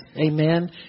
amen